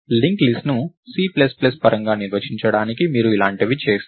linked list ను C plus plus పరంగా నిర్వచించడానికి మీరు ఇలాంటివి చేస్తారు